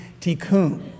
tikkun